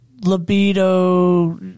libido